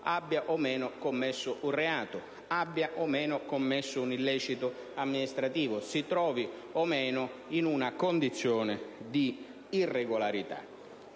abbia o meno commesso un reato, abbia o meno commesso un illecito amministrativo, si trovi o meno in una condizione di irregolarità.